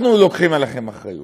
אנחנו לוקחים עליכם אחריות.